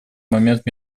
момент